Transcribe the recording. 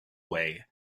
way